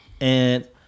and-